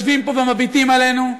יושבים פה ומביטים עלינו.